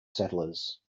settlers